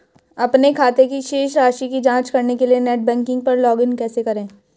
अपने खाते की शेष राशि की जांच करने के लिए नेट बैंकिंग पर लॉगइन कैसे करें?